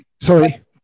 Sorry